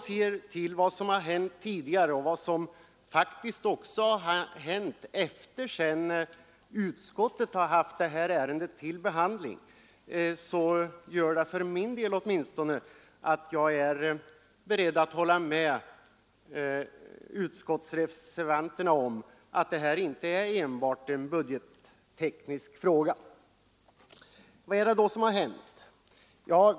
Ser man på vad som hänt tidigare och vad som hänt sedan utskottet hade ärendet till behandling, är jag för min del beredd att hålla med utskottsreservanterna om att det här inte är enbart en budgetteknisk fråga. Vad är det då som hänt?